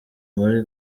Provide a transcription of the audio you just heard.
muri